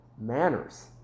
manners